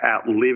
outlive